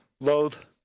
Loath